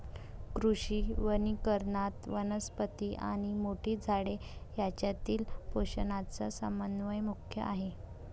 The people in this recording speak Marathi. कृषी वनीकरणात, वनस्पती आणि मोठी झाडे यांच्यातील पोषणाचा समन्वय मुख्य आहे